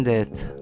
Death